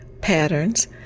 patterns